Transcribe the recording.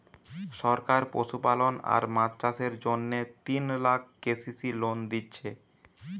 সরকার পশুপালন আর মাছ চাষের জন্যে তিন লাখ কে.সি.সি লোন দিচ্ছে